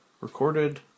Recorded